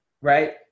right